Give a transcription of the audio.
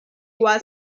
was